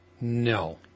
No